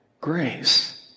grace